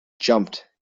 jumped